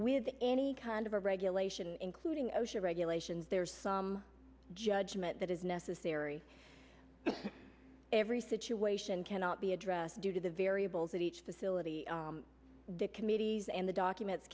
with any kind of a regulation including osha regulations there's some judgment that is necessary every situation cannot be addressed due to the variables that each facility dick committees and the documents